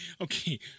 okay